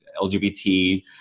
LGBT